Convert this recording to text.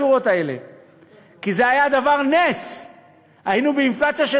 לא לשחק לידיים של אלו שמנסים להציג את ישראל תמיד באור שלילי.